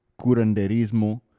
curanderismo